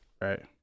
Right